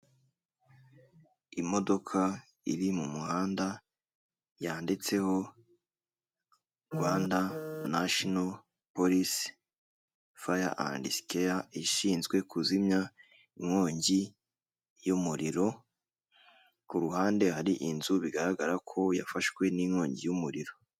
Imodoka iri mu muhanda yanditseho Rwanda nashino polisi, faya andi sikeya, ishinzwe kuzimya inkongi y'umuriro, ku ruhande hari inzu bigaragara ko yafashwe n'inkongi y'umuriro.